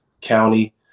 county